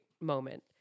moment